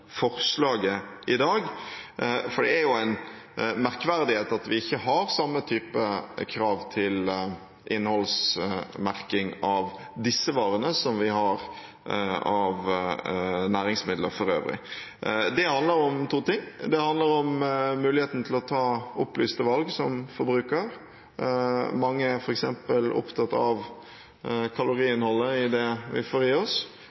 forslaget i dag, for det er jo en merkverdighet at vi ikke har samme type krav til innholdsmerking av disse varene som vi har til næringsmidler for øvrig. Det handler om to ting. Det handler om muligheten til å ta opplyste valg som forbruker – mange er f.eks. opptatt av kaloriinnholdet i det vi får i oss